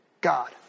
God